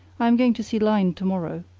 i am going to see lyne to-morrow.